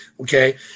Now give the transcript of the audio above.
okay